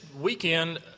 weekend